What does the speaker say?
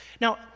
Now